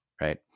right